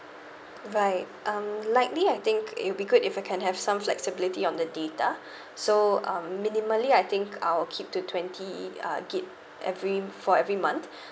right um likely I think it'll be good if I can have some flexibility on the data so um minimally I think I'll keep to twenty uh gig every for every month